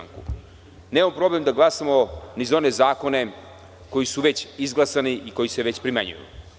Nemamo problem da glasamo ni za one zakone koji su već izglasani i koji se već primenjuju.